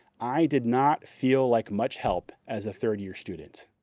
i did not feel like much help as a third-year student,